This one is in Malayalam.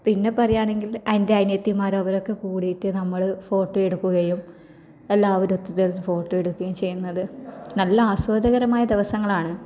പിന്നെ പറയുവാണെങ്കിൽ എൻ്റെ അനിയത്തിമാർ അവരൊക്കെ കൂടിയിട്ട് നമ്മൾ ഫോട്ടോ എടുക്കുകയും എല്ലാവരുമൊത്ത് ചേർന്ന് ഫോട്ടോ എടുക്കുകയും ചെയ്യുന്നത് നല്ല ആസ്വാദ്യകരമായ ദിവസങ്ങളാണ്